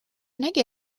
nägi